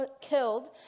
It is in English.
killed